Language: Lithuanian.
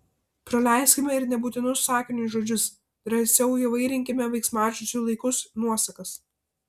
praleiskime ir nebūtinus sakiniui žodžius drąsiau įvairinkime veiksmažodžių laikus nuosakas